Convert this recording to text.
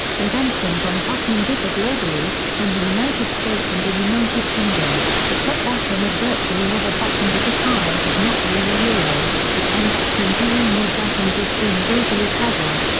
conventions on buttoning differ globally in the united states and the united kingdom, the top button is virtually never buttoned if a tie is not worn yeah but unbuttoning two or more buttons is seen as overly casual.